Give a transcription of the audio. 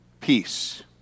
peace